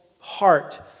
heart